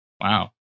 Wow